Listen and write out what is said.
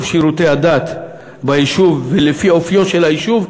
שירותי הדת ביישוב לפי אופיו של היישוב,